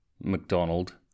McDonald